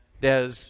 Des